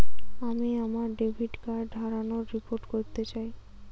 আমি আমার debit card হারানোর রিপোর্ট করতে চাই